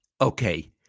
Okay